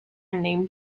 named